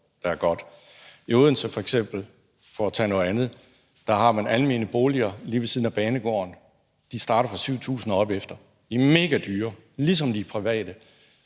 der er godt. I Odense f.eks. – for at tage noget andet – har man almene boliger lige ved siden af banegården, som starter fra 7.000 kr. og opefter. De er megadyre, ligesom de private.